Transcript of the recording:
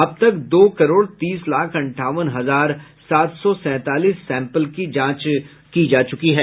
अब तक दो करोड़ तीस लाख अंठावन हजार सात सौ सैंतालीस सैंपल की जांच की जा चुकी है